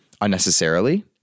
unnecessarily